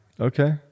Okay